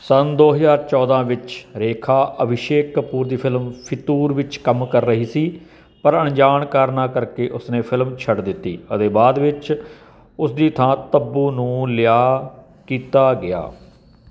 ਸੰਨ ਦੋ ਹਜ਼ਾਰ ਚੌਦਾਂ ਵਿੱਚ ਰੇਖਾ ਅਭਿਸ਼ੇਕ ਕਪੂਰ ਦੀ ਫ਼ਿਲਮ ਫਿਤੂਰ ਵਿੱਚ ਕੰਮ ਕਰ ਰਹੀ ਸੀ ਪਰ ਅਣਜਾਣ ਕਾਰਨਾਂ ਕਰਕੇ ਉਸ ਨੇ ਫ਼ਿਲਮ ਛੱਡ ਦਿੱਤੀ ਅਤੇ ਬਾਅਦ ਵਿੱਚ ਉਸ ਦੀ ਥਾਂ ਤੱਬੂ ਨੂੰ ਲਿਆ ਕੀਤਾ ਗਿਆ